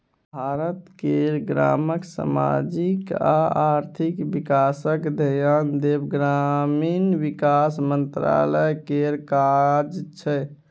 भारत केर गामक समाजिक आ आर्थिक बिकासक धेआन देब ग्रामीण बिकास मंत्रालय केर काज छै